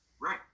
Right